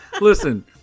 listen